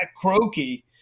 croaky